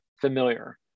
familiar